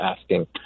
asking